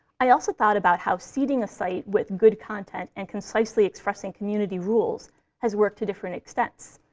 i also thought about how seeding a site with good content and concisely expressing community rules has worked to different extents,